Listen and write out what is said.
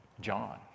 John